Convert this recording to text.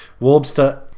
Warbster